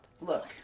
Look